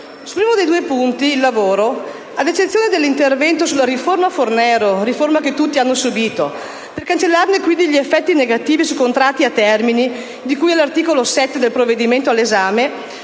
Su uno dei due punti, il lavoro, ad eccezione dell'intervento sulla riforma Fornero (riforma che tutti hanno subito), per cancellarne gli effetti negativi sui contratti a termine, di cui all'articolo 7 del provvedimento in esame,